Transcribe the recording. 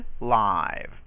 live